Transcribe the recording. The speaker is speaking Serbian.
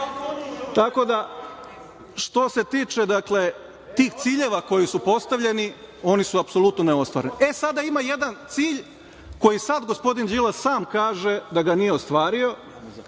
onda džaba. Što se tiče tih ciljeva koji su postavljeni, oni su apsolutno neostvareni. Ima jedan cilj koji sada gospodin Đilas sam kaže da ga nije ostvario